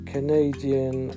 Canadian